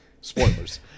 Spoilers